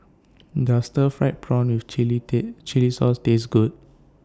Does Stir Fried Prawn with Chili Sauce Taste Good